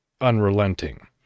unrelenting